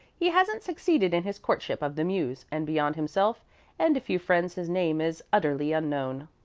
he hasn't succeeded in his courtship of the muse, and beyond himself and a few friends his name is utterly unknown.